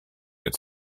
its